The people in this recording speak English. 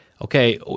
okay